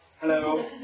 Hello